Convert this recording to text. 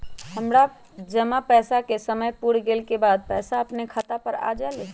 हमर जमा पैसा के समय पुर गेल के बाद पैसा अपने खाता पर आ जाले?